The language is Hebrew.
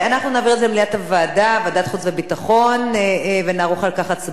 אנחנו נעביר את זה למליאת ועדת החוץ והביטחון ונערוך על כך הצבעה,